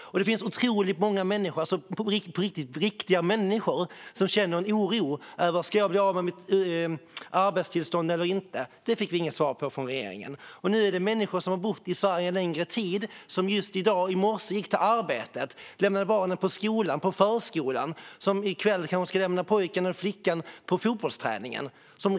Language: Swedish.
Det finns otroligt många riktiga människor som känner oro över om de ska bli av med arbetstillståndet eller inte. Detta fick vi inget svar på från regeringen. De som riskerar att utvisas kan vara människor som har bott i Sverige en längre tid, som i morse lämnade barnen på skolan eller förskolan och gick till arbetet och som i kväll kanske ska lämna pojken eller flickan på fotbollsträningen.